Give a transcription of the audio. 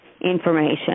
information